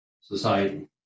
society